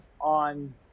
on